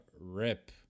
rip